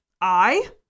I